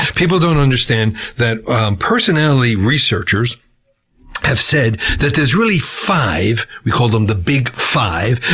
people don't understand that personality researchers have said that there's really five, we call them the big five,